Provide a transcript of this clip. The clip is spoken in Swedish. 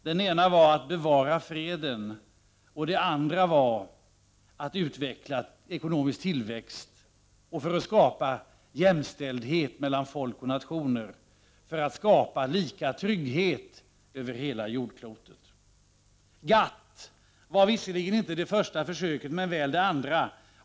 Det ena var att bevara freden, och det andra var att utveckla ekonomisk tillväxt för att skapa jämställdhet mellan folk och nationer och för att skapa lika trygghet över hela jordklotet. GATT var visserligen inte det första försöket men väl det andra.